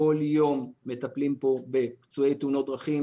כל יום מטפלים בפצועי תאונות דרכים,